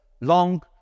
long